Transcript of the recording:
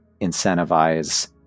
incentivize